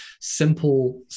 simple